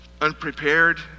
unprepared